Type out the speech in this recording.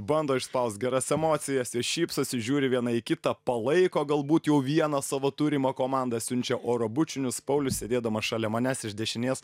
bando išspaust geras emocijas jie šypsosi žiūri viena į kitą palaiko galbūt jau vieną savo turimą komandą siunčia oro bučinius paulius sėdėdamas šalia manęs iš dešinės